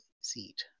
seat